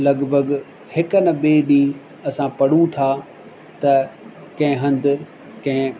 लॻिभॻि हिक न ॿिए ॾींहुं असां पढ़ूं था त कंहिं हंधि कंहिं